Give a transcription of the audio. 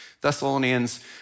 Thessalonians